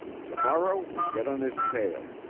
tomorrow we get on his tail!